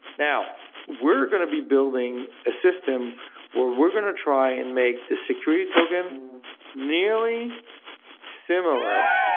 now we're going to be building a system where we're going to try and make the security token nearly similar.